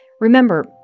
Remember